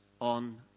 on